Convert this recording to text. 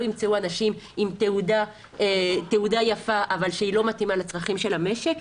יימצאו אנשים עם תעודה יפה אבל שלא מתאימה לצרכים של המשק.